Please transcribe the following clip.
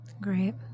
Great